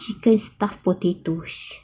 chicken stuffed potatoes